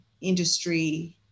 industry